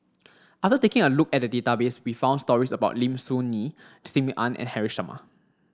after taking a look at the database we found stories about Lim Soo Ngee Sim Ann and Haresh Sharma